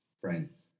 Friends